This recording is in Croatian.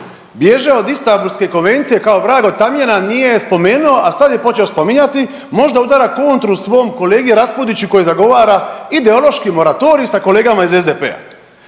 bježi od Istambulske konvencije kao vrag od tamjana, nije je spomenuo, a sad je počeo spominjati, možda udara kontru svom kolegi Raspudiću koji zagovara ideološki moratorij sa kolegama iz SDP-a